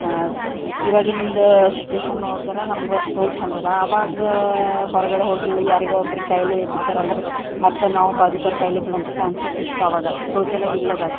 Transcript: ಇವಾಗಿಂದ situation ನೋಡಿದ್ರೆ ನಮಗೆ ತೋಲ್ ಚೆಂದದ ಅವಾಗ ಹೊರಗಡೆ ಹೋಗಿ ಯಾರಿಗೋ ಒಬ್ರಿಗೆ ಖಾಯಿಲೆ ಇದ್ದಿದ್ರಂದ್ರೆ ಮತ್ತು ನಾವು ಭಾಜುದವ್ರ ಖಾಯಿಲೆ ಬೀಳುವಂಥ ಚಾನ್ಸಸ್ಸಿತ್ತು ಆವಾಗ ಶೌಚಾಲಯ ಇಲ್ಲದಾಗ